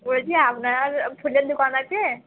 বলছি আপনার ফুলের দোকান আছে